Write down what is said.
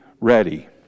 ready